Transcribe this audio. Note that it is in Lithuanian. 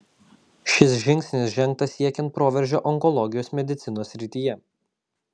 šis žingsnis žengtas siekiant proveržio onkologijos medicinos srityje